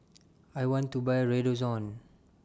I want to Buy Redoxon